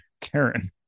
Karen